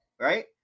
right